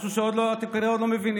משהו שאתם כנראה עוד לא מבינים: